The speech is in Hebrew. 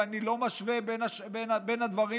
ואני לא משווה בין הדברים.